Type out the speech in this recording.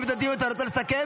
אתה יודע מה, אתה יודע מה?